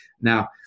now